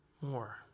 more